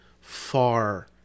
far